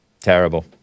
Terrible